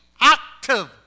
active